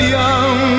young